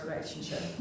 relationship